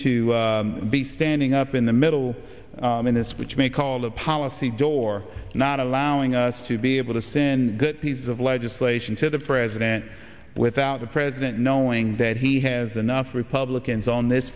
to be standing up in the middle in this which may call a policy door not allowing us to be able to sin piece of legislation to the president without the president knowing that he has enough republicans on this